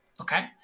okay